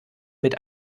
mit